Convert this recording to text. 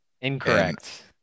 Incorrect